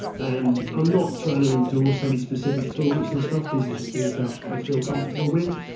um i'm not trying to endorse any specific tools and stuff. these are just things that i feel comfortable with.